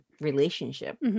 relationship